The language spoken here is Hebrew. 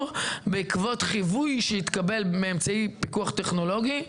בעקבות חיווי שהתקבל מאמצעי פיקוח טכנולוגי,